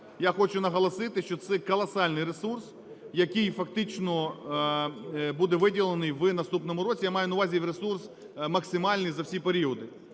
Я хочу наголосити, що це колосальний ресурс, який фактично буде виділений в наступному році, я маю на увазі ресурс максимальний за всі періоди.